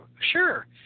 Sure